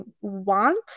want